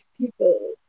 people